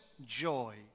joy